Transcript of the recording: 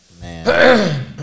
man